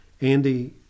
Andy